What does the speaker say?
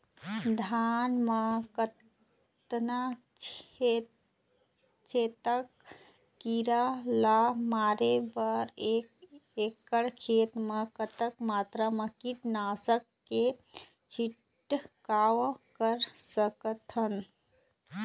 धान मा कतना छेदक कीरा ला मारे बर एक एकड़ खेत मा कतक मात्रा मा कीट नासक के छिड़काव कर सकथन?